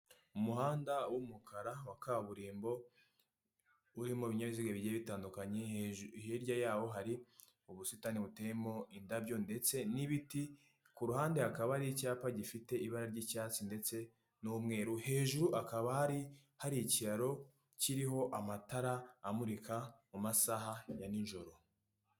Umuhanda w'umukara wa kaburimbo urimo ibininyabiziga bigiye bitandukanye, hirya yaho hari ubusitani buteyemo indabyo ndetse n'ibiti, ku ruhande hakaba hari icyapa gifite ibara ry'icyatsi ndetse n'umweru, hejuru hakaba hari ikiraro kiriho amatara amurika mu masaha ya n'ijoro.